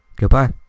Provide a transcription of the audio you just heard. goodbye